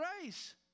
grace